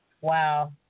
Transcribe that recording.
Wow